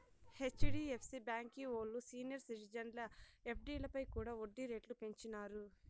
HDFC బాంకీ ఓల్లు senior సిటిజన్ల ఎఫ్డీలపై కూడా ఒడ్డీ రేట్లు పెంచినారు